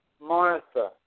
Martha